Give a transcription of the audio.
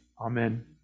Amen